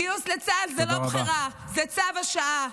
גיוס לצה"ל הוא לא בחירה, הוא צו השעה.